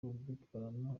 ubyitwaramo